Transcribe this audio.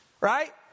Right